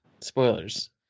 spoilers